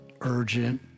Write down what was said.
urgent